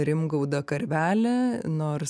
rimgaudą karvelį nors